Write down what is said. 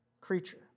creature